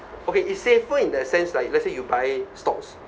okay it's safer in the sense like let's say you buy stocks